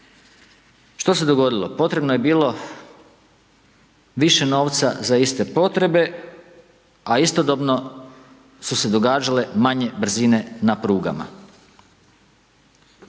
Što se dogodilo? Potrebno je bilo više novca za iste potrebe, a istodobno su se događale manje brzine na prugama.